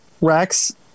Rex